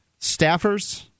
staffers